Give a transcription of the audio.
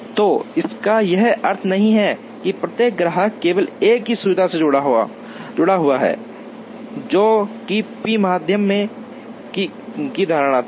तो इसका यह अर्थ नहीं है कि प्रत्येक ग्राहक केवल एक ही सुविधा से जुड़ा हुआ है जो कि पी माध्य में धारणा थी